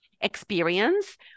experience